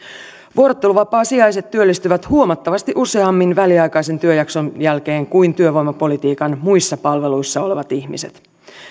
vuorotteluvapaasijaiset työllistyvät huomattavasti useammin väliaikaisen työjakson jälkeen kuin työvoimapolitiikan muissa palveluissa olevat ihmiset